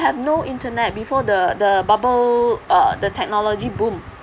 we have no internet before the the bubble uh the technology boom